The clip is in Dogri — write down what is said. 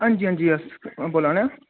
हां जी हां जी अस बोल्ला ने आं